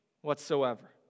whatsoever